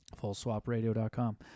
fullswapradio.com